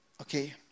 Okay